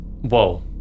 whoa